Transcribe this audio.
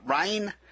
Rain